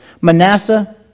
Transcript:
Manasseh